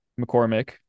McCormick